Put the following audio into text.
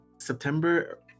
September